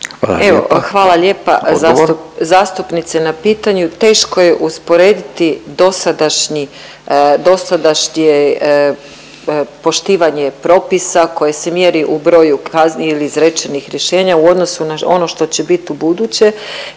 hvala lijepa zastupnici na pitanju. Teško je usporediti dosadašnje poštivanje propisa koji se mjeri u broju kazni ili izrečenih rješenja u odnosu na ono što će biti u buduće,